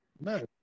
No